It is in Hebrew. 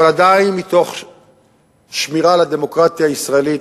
אבל עדיין מתוך שמירה על הדמוקרטיה הישראלית,